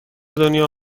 دنیا